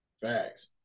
Facts